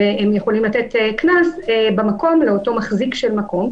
הם יכולים לתת קנס במקום לאותו מחזיק של מקום.